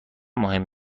مهم